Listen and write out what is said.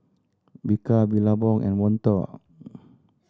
Bika Billabong and Monto